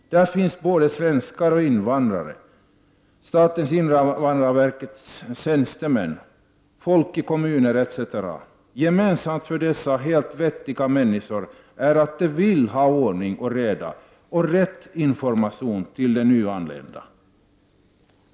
Där finns både svenskar och invandrare. Gemensamt för invandrarverkets tjänstemän och folk i kommuner — helt vettiga människor — är att de vill ha ordning och reda samt kunna ge rätt information till de nyanlända.